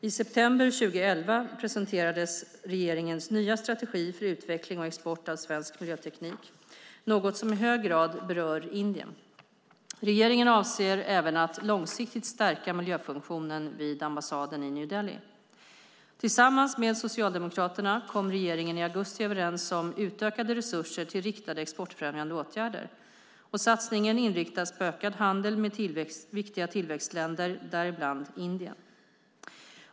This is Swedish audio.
I september 2011 presenterades regeringens nya strategi för utveckling och export av svensk miljöteknik, något som i hög grad berör Indien. Regeringen avser även att långsiktigt stärka miljöfunktionen vid ambassaden i New Delhi. Tillsammans med Socialdemokraterna kom regeringen i augusti överens om utökade resurser till riktade exportfrämjande åtgärder. Satsningen inriktas på ökad handel med viktiga tillväxtländer, däribland Indien.